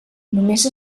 només